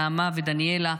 נעמה ודניאלה,